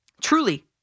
Truly